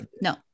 no